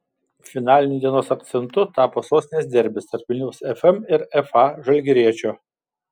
finaliniu dienos akcentu tapo sostinės derbis tarp vilniaus fm ir fa žalgiriečio